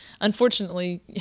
Unfortunately